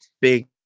big